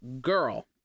girl